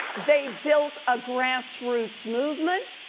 they built a grassroots movement.